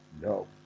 No